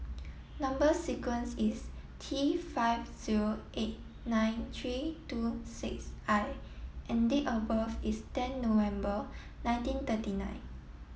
number sequence is T five zero eight nine three two six I and date of birth is ten November nineteen thirty nine